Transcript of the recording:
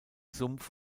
sumpf